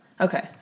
Okay